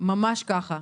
ממש ככה.